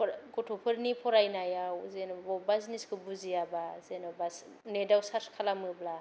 गथ'फोरनि फरायनायाव बबेबा जिनिसखौ बुजियाबा जेनोबा नेटाव सार्च खालामोब्ला